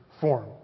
form